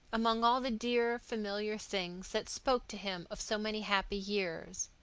among all the dear familiar things that spoke to him of so many happy years.